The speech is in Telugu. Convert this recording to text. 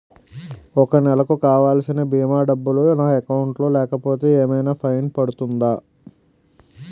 ఒక నెలకు కావాల్సిన భీమా డబ్బులు నా అకౌంట్ లో లేకపోతే ఏమైనా ఫైన్ పడుతుందా?